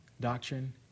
doctrine